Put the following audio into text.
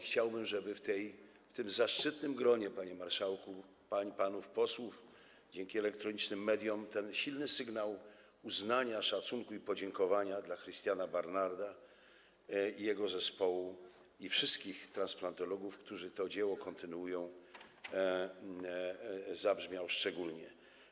Chciałbym, żeby w tym zaszczytnym gronie, panie marszałku, pań i panów posłów dzięki elektronicznym mediom ten silny sygnał uznania, szacunku i podziękowania dla Christiaana Barnarda, jego zespołu i wszystkich transplantologów, którzy to dzieło kontynuują, zabrzmiał szczególnie.